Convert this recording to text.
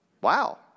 Wow